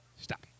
Stop